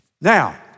Now